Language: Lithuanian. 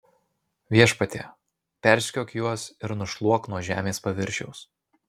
viešpatie persekiok juos ir nušluok nuo žemės paviršiaus